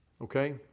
Okay